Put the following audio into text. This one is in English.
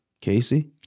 Casey